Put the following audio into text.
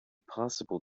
possible